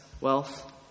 wealth